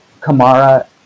Kamara